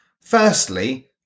Firstly